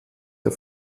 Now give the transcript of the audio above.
der